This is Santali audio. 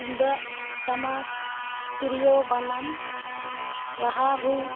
ᱛᱩᱢᱫᱟᱜ ᱴᱟᱢᱟᱠ ᱛᱤᱨᱭᱳ ᱵᱟᱱᱟᱢ ᱨᱟᱦᱟ ᱨᱩ